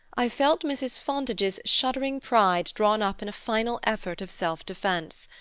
i felt mrs. fontage's shuddering pride drawn up in a final effort of self-defense.